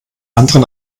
anderen